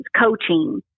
coaching